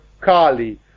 Kali